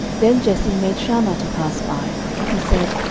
then jesse made shammah to pass by. and he said,